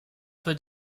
peu